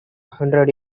hundred